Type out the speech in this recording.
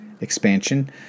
expansion